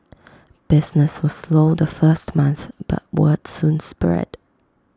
business was slow the first month but words soon spread